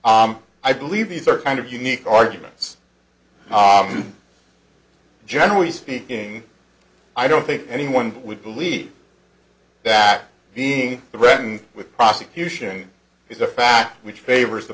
i believe these are kind of unique arguments generally speaking i don't think anyone would believe that being threatened with prosecution is a fact which favors the